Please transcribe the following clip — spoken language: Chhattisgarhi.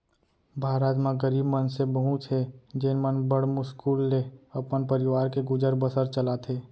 भारत म गरीब मनसे बहुत हें जेन मन बड़ मुस्कुल ले अपन परवार के गुजर बसर चलाथें